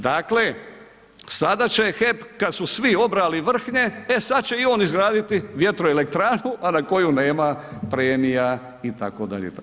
Dakle, sada će HEP kad su svi obrali vrhnje, e sad će i on izgraditi vjetroelektranu a na koju nema premija itd.